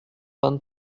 vingt